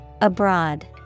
Abroad